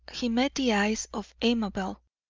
he met the eyes of amabel,